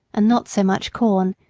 and not so much corn,